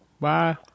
Bye